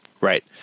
Right